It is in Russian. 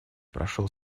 прошел